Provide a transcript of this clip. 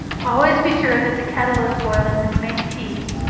always be sure that the kettle is boiling when you make tea,